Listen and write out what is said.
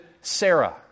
Sarah